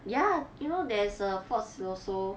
ya you know there's a fort siloso